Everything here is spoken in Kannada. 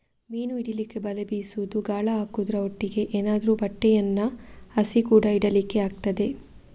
ಮೀನು ಹಿಡೀಲಿಕ್ಕೆ ಬಲೆ ಬೀಸುದು, ಗಾಳ ಹಾಕುದ್ರ ಒಟ್ಟಿಗೆ ಏನಾದ್ರೂ ಬಟ್ಟೆಯನ್ನ ಹಾಸಿ ಕೂಡಾ ಹಿಡೀಲಿಕ್ಕೆ ಆಗ್ತದೆ